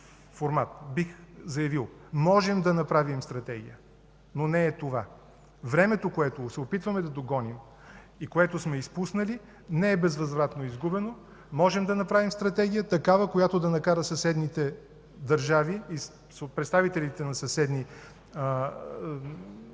бих заявил: можем да направим стратегия, но не е това. Времето, което се опитваме да догоним и което сме изпуснали, не е безвъзвратно изгубено. Можем да направим стратегия – такава, каквато да накара съседните държави и представители на съседни системи,